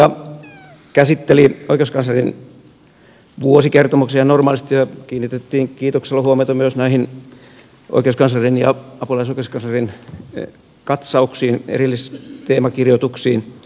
perustuslakivaliokunta käsitteli oikeuskanslerin vuosikertomuksia normaalisti ja kiinnitettiin kiitoksella huomiota myös näihin oikeuskanslerin ja apulaisoikeuskanslerin katsauksiin erillisteemakirjoituksiin